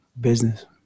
business